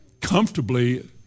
comfortably